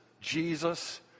Jesus